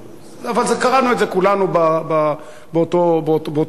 קראנו את זה כולנו באותו חג.